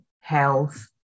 health